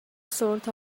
sort